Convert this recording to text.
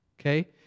Okay